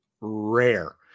rare